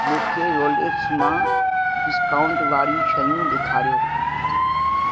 मूंखे रोलेक्स मां डिस्काउंट वारियूं शयूं ॾेखारियो